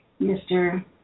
Mr